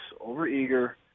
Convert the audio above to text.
over-eager